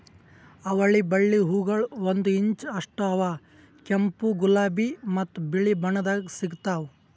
ಅವಳಿ ಬಳ್ಳಿ ಹೂಗೊಳ್ ಒಂದು ಇಂಚ್ ಅಷ್ಟು ಅವಾ ಕೆಂಪು, ಗುಲಾಬಿ ಮತ್ತ ಬಿಳಿ ಬಣ್ಣದಾಗ್ ಸಿಗ್ತಾವ್